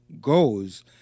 goes